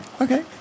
Okay